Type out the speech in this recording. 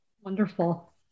wonderful